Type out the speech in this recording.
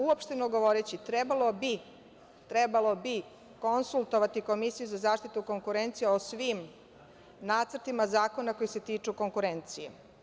Uopšteno govoreći, trebalo bi konsultovati Komisiju za zaštitu konkurencije o svim nacrtima zakona koji se tiču konkurencije.